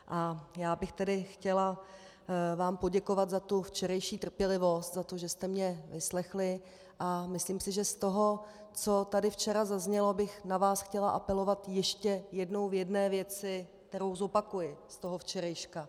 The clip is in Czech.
A já bych vám tady chtěla poděkovat za tu včerejší trpělivost, za to, že jste mě vyslechli, a myslím si, že z toho, co tady včera zaznělo, bych na vás chtěla apelovat ještě jednou v jedné věci, kterou zopakuji z toho včerejška.